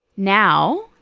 Now